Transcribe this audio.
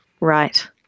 right